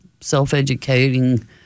self-educating